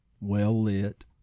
well-lit